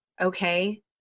okay